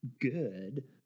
good